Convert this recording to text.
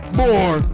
more